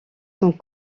sont